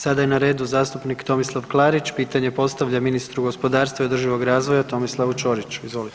Sada je na redu zastupnik Tomislav Klarić, pitanje postavlja ministru gospodarstva i održivog razvoja Tomislavu Ćoriću, izvolite.